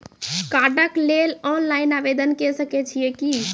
कार्डक लेल ऑनलाइन आवेदन के सकै छियै की?